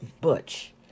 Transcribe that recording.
Butch